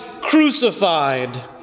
crucified